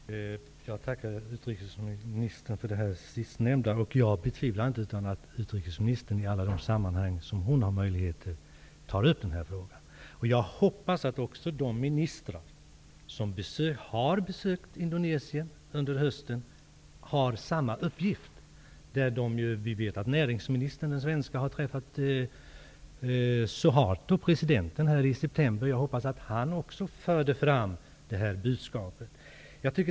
Fru talman! Jag tackar utrikesministern för det sistnämnda. Jag betvivlar inte att utrikesministern tar upp den här frågan i alla de sammanhang där hon har möjligheter att göra det. Jag hoppas att också de ministrar som har besökt Indonesien under hösten har haft samma uppgift. Vi vet att den svenska näringsministern har träffat president Suharto i september. Jag hoppas att även han förde fram det här budskapet.